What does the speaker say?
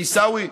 עיסאווי,